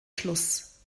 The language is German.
schluss